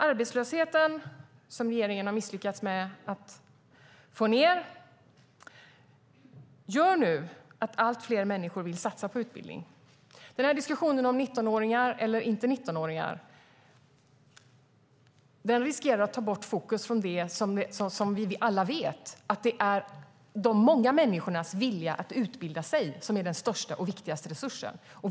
Arbetslösheten, som regeringen har misslyckats med att få ned, gör nu att allt fler människor vill satsa på utbildning. Diskussionen om 19-åringar eller inte 19-åringar riskerar att ta bort fokus från det som vi alla vet: Det är de många människornas vilja att utbilda sig som är den största och viktigaste resursen.